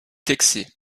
texier